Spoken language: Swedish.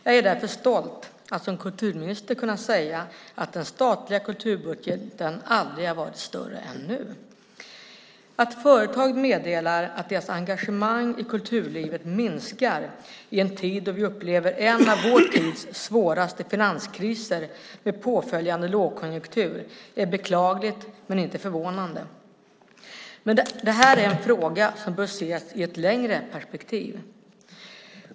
Jag är därför stolt att som kulturminister kunna säga att den statliga kulturbudgeten aldrig har varit större än nu. Att företag meddelar att deras engagemang i kulturlivet minskar i en tid då vi upplever en av vår tids svåraste finanskriser med påföljande lågkonjunktur är beklagligt men inte förvånande. Men det här är en fråga som bör ses i ett längre perspektiv.